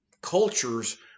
cultures